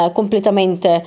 completamente